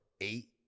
eight